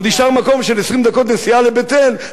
עוד נשאר מקום של 20 דקות נסיעה לבית-אל,